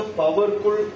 powerful